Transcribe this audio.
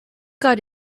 got